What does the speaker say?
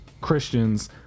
Christians